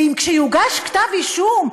וכשיוגש כתב אישום,